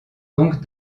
donc